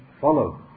follow